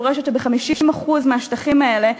שדורשת שב-50% מהשטחים האלה,